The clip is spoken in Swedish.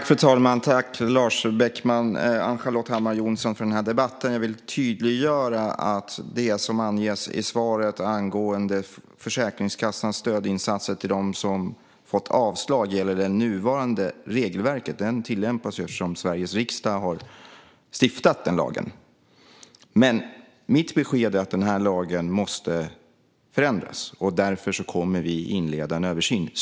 Fru talman! Tack, Lars Beckman och Ann-Charlotte Hammar Johnsson, för debatten! Jag vill tydliggöra att det som anges i svaret angående Försäkringskassans stödinsatser för dem som fått avslag gäller det nuvarande regelverket. Det tillämpas ju eftersom Sveriges riksdag har stiftat den lagen. Mitt besked är dock att denna lag måste förändras, och vi kommer därför att inleda en översyn.